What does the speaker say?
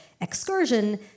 excursion